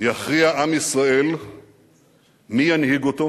יכריע עם ישראל מי ינהיג אותו,